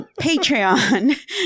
Patreon